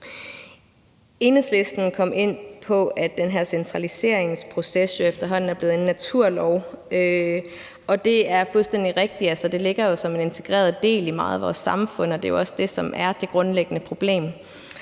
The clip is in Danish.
Enhedslisten kom ind på, at den her centraliseringsproces jo efterhånden er blevet en naturlov, og det er fuldstændig rigtigt. Det ligger jo som en integreret del i meget af vores samfund, og det er jo også det, som er det grundlæggende problem.